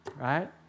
right